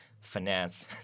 finance